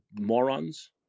morons